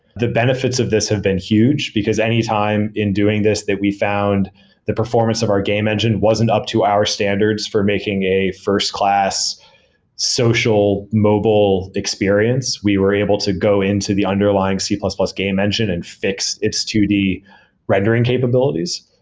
the benefits of this have been huge, because any time in doing this that we found the performance of our game engine wasn't up to our standards for making a first-class social mobile experience. we were able to go into the underlying c plus plus game engine and fix its two d rendering capabilities.